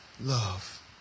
love